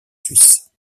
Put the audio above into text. suisse